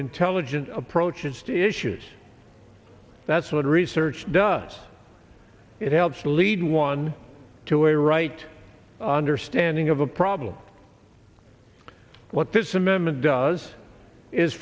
intelligent approaches to issues that's what research does it helps lead one to a right understanding of a problem what this amendment does is